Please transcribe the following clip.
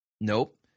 Nope